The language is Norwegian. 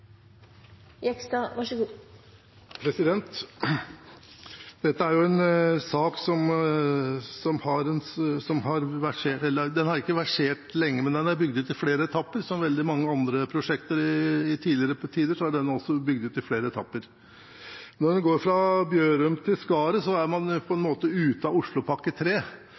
en sak som har versert lenge – nei, den har ikke versert lenge, men veien er bygd ut i flere etapper. Som veldig mange andre prosjekter i tidligere tider, er også denne bygd ut i flere etapper. Når en går fra Bjørum til Skaret, er man jo på en måte ute av Oslopakke